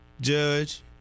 judge